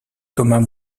thomas